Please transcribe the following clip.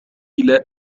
إلى